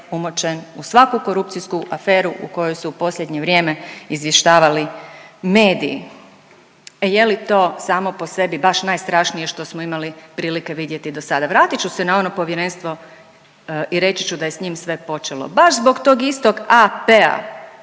umočen u svaku korupcijsku aferu o kojoj su u posljednje vrijeme izvještavali mediji. Je li to samo po sebi baš najstrašnije što smo imali prilike vidjeti dosada? Vratit ću se na ono povjerenstvo i reći ću da je s njim sve počelo baš zbog tog istog AP-a